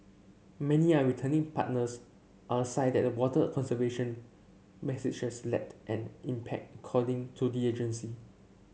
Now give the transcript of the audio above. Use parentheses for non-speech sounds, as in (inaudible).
many are returning partners are sign that the water conservation message has (unintelligible) an impact according to the agency